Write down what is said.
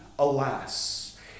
Alas